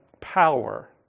power